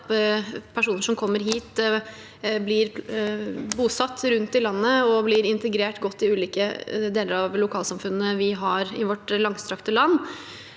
Personer som kommer hit, blir bosatt rundt om i landet og blir integrert godt i ulike deler av lokalsamfunnene vi har i vårt langstrakte land,